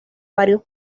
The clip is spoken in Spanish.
varios